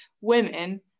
women